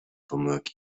pomyłek